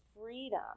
freedom